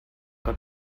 only